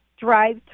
Drive